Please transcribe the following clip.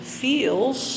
feels